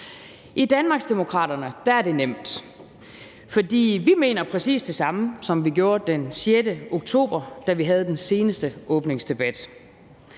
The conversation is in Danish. I Danmarksdemokraterne er det nemt, for vi mener præcis det samme, som vi gjorde den 6. oktober, da vi havde den seneste åbningsdebat.